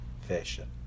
fashion